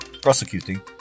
prosecuting